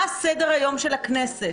מה סדר היום של הכנסת?